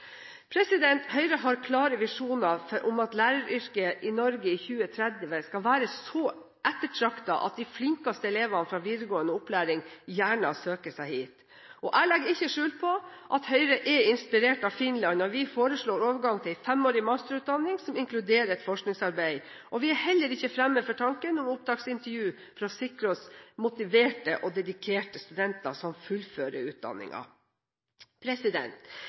Høyre har klare visjoner om at læreryrket i Norge i 2030 skal være så ettertraktet at de flinkeste elevene fra videregående opplæring gjerne søker seg hit. Jeg legger ikke skjul på at Høyre er inspirert av Finland når vi foreslår overgang til en femårig masterutdanning som inkluderer et forskningsarbeid. Vi er heller ikke fremmed for tanken om opptaksintervju for å sikre oss motiverte og dedikerte studenter som fullfører